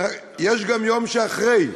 יש גם יום שאחרי.